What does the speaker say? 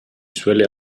suele